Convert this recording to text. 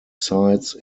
sites